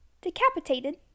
decapitated